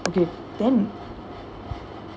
okay then